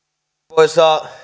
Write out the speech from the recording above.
arvoisa